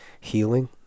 healing